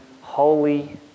holy